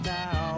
Now